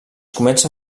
comença